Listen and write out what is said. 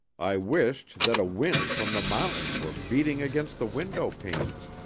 i wished that a wind from the mountains were beating against the window-panes,